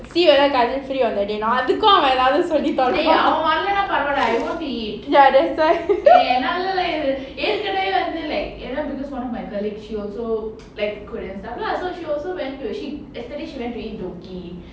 see whether karthik free on that day or not அதுக்கும் அவன் ஏதாவது சொல்லிருப்பான்:adhukkum avan edhavathu sollirupan ya that's why